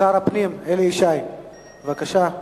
שר הפנים, אלי ישי, בבקשה.